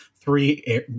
three